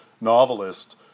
novelist